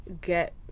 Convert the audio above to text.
get